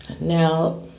Now